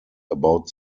about